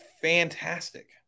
fantastic